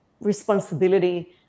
responsibility